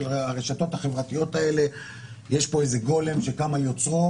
הרשתות החברתיות האלה יש פה איזה גולם שקם על יוצרו,